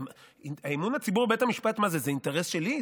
אמון הציבור בבית המשפט, מה, זה אינטרס שלי?